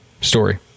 story